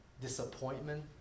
disappointment